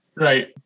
Right